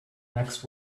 next